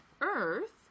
Earth